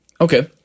Okay